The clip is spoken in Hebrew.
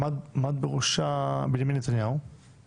ועכשיו אתה רוצה שנתמוך בחוק שלך,